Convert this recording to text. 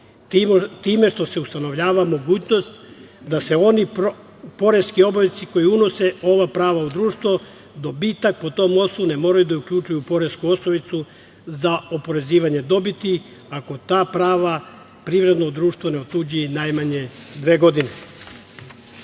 time što se ustanovljava mogućnost da se oni poreski obveznici koji unose ova prava u društvo dobitak po tom osnovu ne moraju da uključuju u poresku osnovicu za oporezivanje dobiti ako ta prava privredno društvo ne otuđi najmanje dve godine. Kod